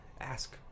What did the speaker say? ask